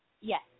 Yes